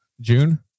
June